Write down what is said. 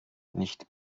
nicht